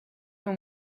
been